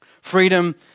Freedom